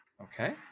Okay